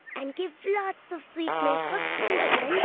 and give lots of sweet milk for krishna and